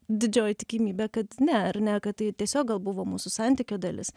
didžioji tikimybė kad ne ar ne kad tai tiesiog gal buvo mūsų santykio dalis